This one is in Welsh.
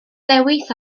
dewis